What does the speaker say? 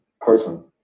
person